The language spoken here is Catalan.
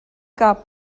cap